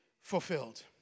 fulfilled